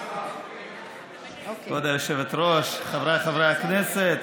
כבוד היושבת-ראש, חבריי חברי הכנסת,